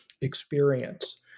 experience